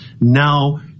now